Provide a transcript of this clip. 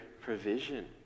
provision